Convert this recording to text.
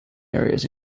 areas